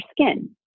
skin